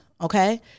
okay